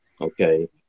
okay